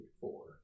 four